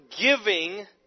giving